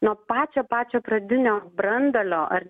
nuo pačio pačio pradinio branduolio ar